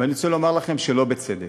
ואני רוצה לומר לכם שלא בצדק.